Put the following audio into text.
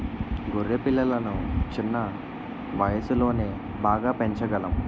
గొర్రె పిల్లలను చిన్న వయసులోనే బాగా పెంచగలం